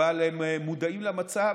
אבל הם מודעים למצב,